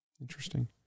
Interesting